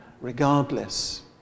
regardless